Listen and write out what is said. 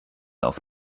auf